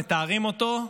מטהרים אותו,